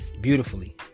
beautifully